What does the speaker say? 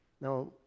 Now